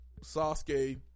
sasuke